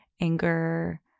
anger